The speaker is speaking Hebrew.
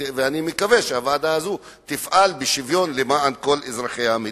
ואני מקווה שהוועדה הזאת תפעל בשוויון למען כל אזרחי המדינה.